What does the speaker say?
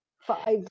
five